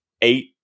eight